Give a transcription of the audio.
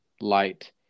light